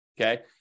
okay